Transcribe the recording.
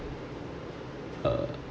err